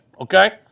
okay